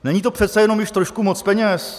Není to přece jenom již trošku moc peněz?